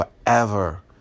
forever